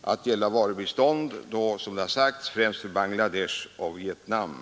att gälla varubiståndet till, som det har sagts, främst Bangladesh och Vietnam.